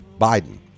Biden